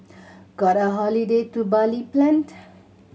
got a holiday to Bali planned